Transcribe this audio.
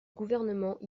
gouvernement